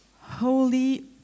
holy